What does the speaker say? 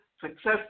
Successful